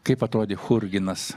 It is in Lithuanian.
kaip atrodė churginas